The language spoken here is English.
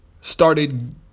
started